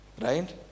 right